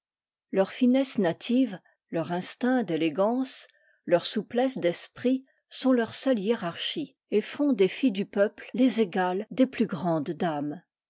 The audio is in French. leur finesse native leur instinct d'éléçance leur souplesse d'esprit sont leur seule hiérarchie et font des filles du peuple les égales des plus grandes dames